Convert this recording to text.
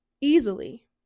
easily